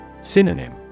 Synonym